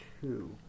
two